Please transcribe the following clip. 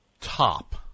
Top